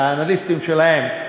והאנליסטים שלהן,